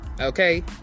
Okay